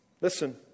Listen